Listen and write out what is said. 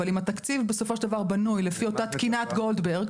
אבל אם התקציב בסופו של דבר בנוי לפי אותה תקינת גולדברג